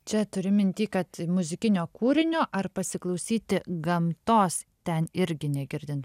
čia turi minty kad muzikinio kūrinio ar pasiklausyti gamtos ten irgi negirdint